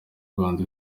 rwanda